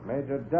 Major